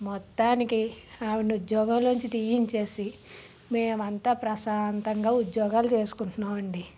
మొత్తానికి ఆవిడని ఉద్యోగంలోంచి తీయించేసి మేము అంతా ప్రశాంతంగా ఉద్యోగాలు చేసుకుంటున్నాము అండి